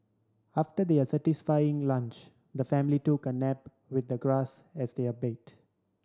after their satisfying lunch the family took a nap with the grass as their bed